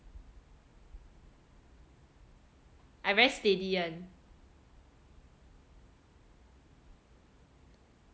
I very steady one